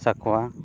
ᱥᱟᱠᱣᱟ